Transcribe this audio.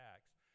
Acts